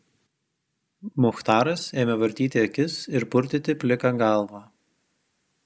muchtaras ėmė vartyti akis ir purtyti pliką galvą